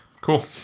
Cool